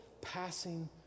passing